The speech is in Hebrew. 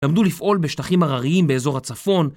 למדו לפעול בשטחים הרריים באזור הצפון